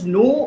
no